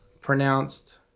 pronounced